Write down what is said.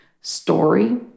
story